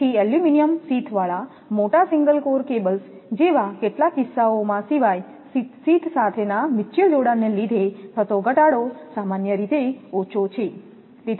તેથી aluminium sheath વાળા મોટા સિંગલ કોર કેબલ્સ જેવા કેટલાક કિસ્સાઓમાં સિવાય શીથ સાથેના મ્યુચ્યુઅલ જોડાણને લીધે થતો ઘટાડો સામાન્ય રીતે ઓછો છે